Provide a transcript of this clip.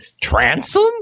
Transom